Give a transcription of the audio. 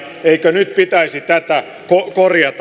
eikö nyt pitäisi tätä korjata